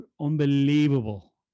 unbelievable